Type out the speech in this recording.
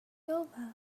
over